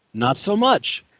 not so much.